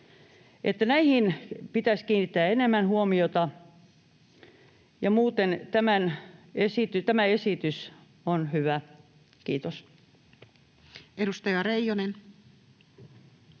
Näihin pitäisi kiinnittää enemmän huomiota. Muuten tämä esitys on hyvä. — Kiitos.